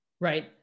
Right